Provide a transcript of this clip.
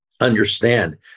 understand